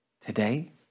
Today